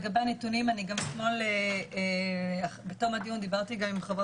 אתמול בתום הדיון דיברתי עם חבר